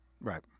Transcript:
right